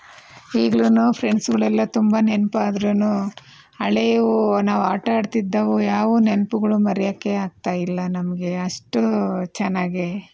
ಈಗ್ಲುನೂ ಫ್ರೆಂಡ್ಸ್ಗಳೆಲ್ಲ ತುಂಬ ನೆನಪಾದ್ರುನೂ ಹಳೇವು ನಾವು ಆಟ ಆಡ್ತಿದ್ದವು ಯಾವು ನೆನಪುಗಳು ಮರಿಯೋಕ್ಕೆ ಆಗ್ತಾಯಿಲ್ಲ ನಮಗೆ ಅಷ್ಟು ಚೆನ್ನಾಗಿ